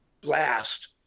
blast